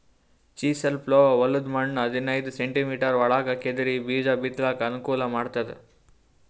chisel plough ಹೊಲದ್ದ್ ಮಣ್ಣ್ ಹದನೈದ್ ಸೆಂಟಿಮೀಟರ್ ಒಳಗ್ ಕೆದರಿ ಬೀಜಾ ಬಿತ್ತಲಕ್ ಅನುಕೂಲ್ ಮಾಡ್ತದ್